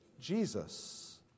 Jesus